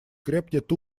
крепнет